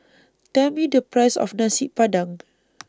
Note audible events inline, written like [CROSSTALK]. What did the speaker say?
Tell Me The Price of Nasi Padang [NOISE]